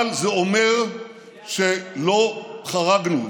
אבל זה אומר שלא חרגנו,